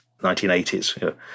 1980s